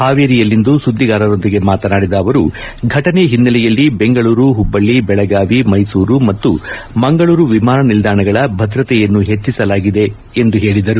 ಹಾವೇರಿಯಲ್ಲಿಂದು ಸುದ್ದಿಗಾರರೊಂದಿಗೆ ಮಾತನಾಡಿದ ಅವರು ಫಟನೆ ಹಿನ್ನೆಲೆಯಲ್ಲಿ ಬೆಂಗಳೂರು ಹುಬ್ಬಳ್ಳಿ ಬೆಳಗಾವಿ ಮೈಸೂರು ಮತ್ತು ಮಂಗಳೂರು ವಿಮಾನ ನಿಲ್ದಾಣಗಳ ಭದ್ರತೆಯನ್ನು ಹೆಚ್ಚಿಸಲಾಗಿದೆ ಎಂದು ಹೇಳಿದರು